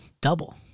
double